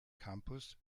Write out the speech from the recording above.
campus